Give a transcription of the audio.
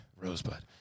Rosebud